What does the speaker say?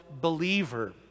believer